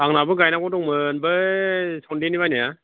आंनाबो गायनांगौ दंमोन बै सनदेनि बायनाया